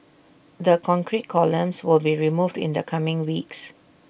the concrete columns will be removed in the coming weeks